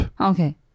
okay